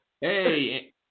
Hey